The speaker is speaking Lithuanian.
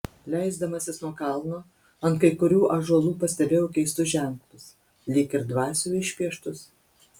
leisdamasis nuo kalno ant kai kurių ąžuolų pastebėjau keistus ženklus lyg ir dvasių išpieštus